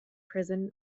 prison